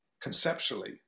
conceptually